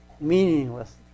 meaningless